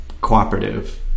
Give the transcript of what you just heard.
cooperative